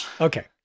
Okay